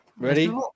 Ready